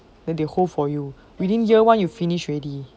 then they hold for you within year one you finish already